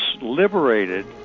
liberated